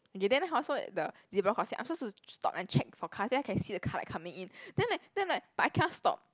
okay then hor so the zebra crossing I'm supposed to stop and check for cars then I can see the car like coming in then like then like but I cannot stop